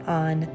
on